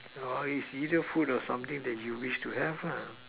it's already food or something that you wish to have